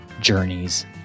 journeys